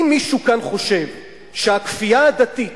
אם מישהו כאן חושב שהכפייה הדתית